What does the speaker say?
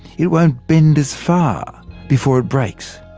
it won't bend as far before it breaks.